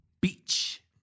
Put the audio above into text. Beach